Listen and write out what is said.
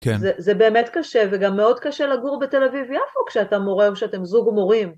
כן. זה באמת קשה וגם מאוד קשה לגור בתל-אביב-יפו כשאתה מורה או כשאתם זוג מורים.